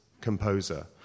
composer